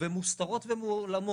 והן מוסתרות ומועלמות,